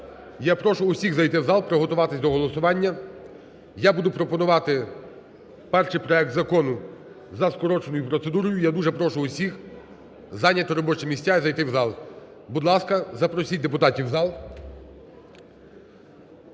Я прошу усіх зайти в зал, приготуватися до голосування. Я буду пропонувати перший проект закону за скороченою процедурою. Я дуже прошу усіх зайняти робочі місця і зайти в зал. Будь ласка, запросіть депутатів в зал.